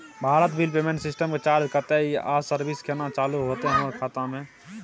Bharat bill payment system के charge कत्ते इ आ इ सर्विस केना चालू होतै हमर खाता म?